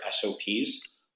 SOPs